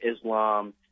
Islam